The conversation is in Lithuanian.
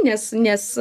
nes nes